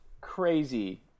crazy